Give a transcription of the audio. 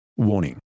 Warning